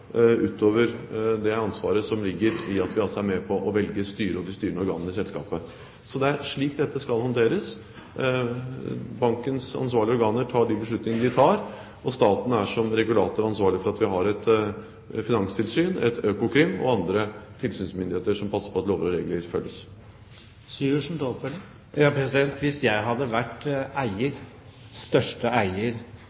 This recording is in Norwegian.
utover det som ligger i det ansvaret at vi er med på å velge styre og de styrende organene i selskapet. Det er altså slik dette skal håndteres. Bankens ansvarlige organer tar de beslutningene de tar, og staten, som regulator, er ansvarlig for at vi har finanstilsyn, Økokrim og andre tilsynsmyndigheter som passer på at lover og regler følges. Hvis jeg hadde vært største eier